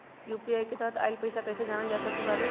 UPI के तहत आइल पैसा कईसे जानल जा सकहु की आ गेल?